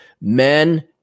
Men